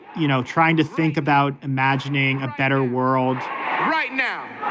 you know, trying to think about imagining a better world right now.